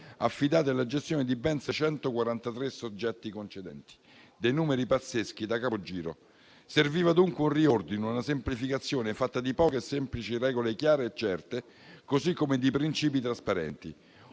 affidati alla gestione di ben 643 soggetti concedenti: numeri pazzeschi, da capogiro. Serviva dunque un riordino, una semplificazione fatta di poche e semplici regole chiare e certe, così come di princìpi trasparenti: